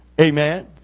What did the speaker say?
Amen